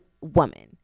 woman